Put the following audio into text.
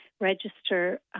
register